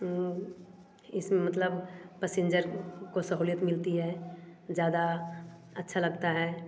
इस मतलब पैसेंजर को सहूलियत मिलती है ज़्यादा अच्छा लगता हैं